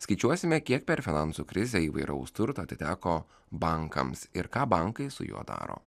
skaičiuosime kiek per finansų krizę įvairaus turto atiteko bankams ir ką bankai su juo daro